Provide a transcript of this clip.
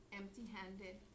empty-handed